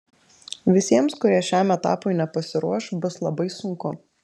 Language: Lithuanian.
visiems kurie šiam etapui nepasiruoš bus labai sunku